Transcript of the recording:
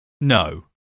No